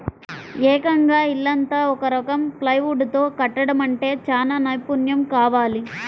ఏకంగా ఇల్లంతా ఒక రకం ప్లైవుడ్ తో కట్టడమంటే చానా నైపున్నెం కావాలి